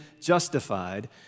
justified